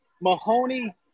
Mahoney